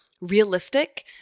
realistic